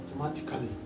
Automatically